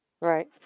Right